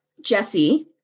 Jesse